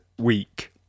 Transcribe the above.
Week